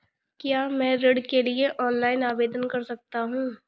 क्या मैं ऋण के लिए ऑनलाइन आवेदन कर सकता हूँ?